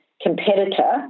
competitor